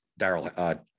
Daryl